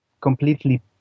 completely